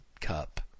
cup